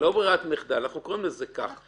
אנחנו קוראים לזה כך.